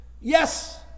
Yes